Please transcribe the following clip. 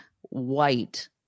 white